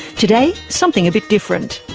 today, something a bit different.